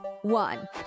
one